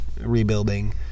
rebuilding